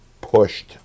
pushed